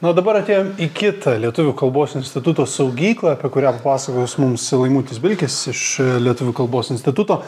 na o dabar atėjom į kitą lietuvių kalbos instituto saugyklą apie kurią papasakos mums laimutis bilkis iš lietuvių kalbos instituto